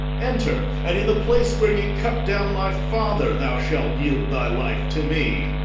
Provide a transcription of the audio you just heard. enter, and in the place where ye cut down my father, thou shalt yield thy life to me.